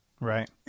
Right